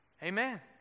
Amen